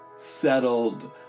settled